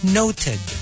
noted